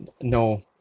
no